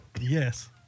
yes